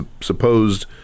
supposed